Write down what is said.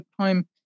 time